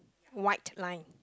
white line